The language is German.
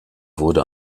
wurde